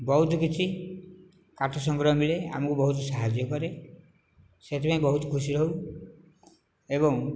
ବହୁତ କିଛି କାଠ ସଂଗ୍ରହ ମିଳେ ଆମକୁ ବହୁତ ସାହାଯ୍ୟ କରେ ସେଥିପାଇଁ ବହୁତ ଖୁସି ହେଉ ଏବଂ